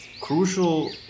crucial